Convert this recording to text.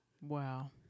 Wow